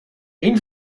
één